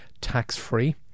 tax-free